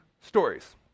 stories